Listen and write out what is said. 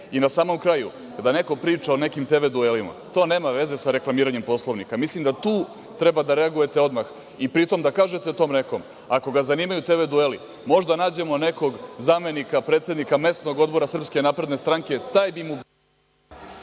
samom kraju, da neko priča o nekim TV duelima. To nema veze sa reklamiranjem Poslovnika. Mislim da tu treba da reagujete odmah i pritom da kažete tom nekom, ako ga zanimaju TV dueli, može da nađemo nekog zamenika predsednika mesnog odbora Srpske napredne stranke, taj bi mu